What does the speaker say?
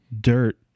dirt